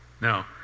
Now